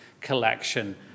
collection